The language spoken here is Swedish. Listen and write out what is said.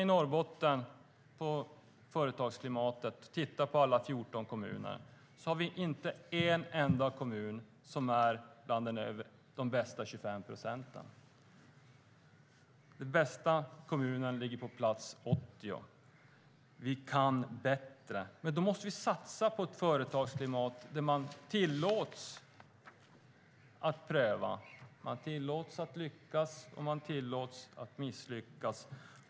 Om vi tittar på företagsklimatet i alla 14 kommuner i Norrbotten finns inte en enda kommun bland de bästa 25 procenten. Den bästa kommunen ligger på plats 80. Vi kan bättre, men då måste vi satsa på ett företagsklimat där man tillåts att pröva, man tillåts att lyckas och man tillåts att misslyckas.